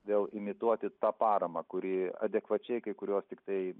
vėl imituoti tą paramą kuri adekvačiai kai kuriuos tiktai